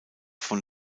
von